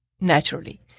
naturally